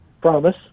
promise